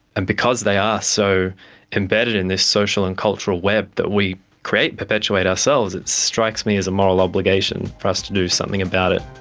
and because they are so embedded in this social and cultural web that we create, perpetuate ourselves, it strikes me as a moral obligation for us to do something about it.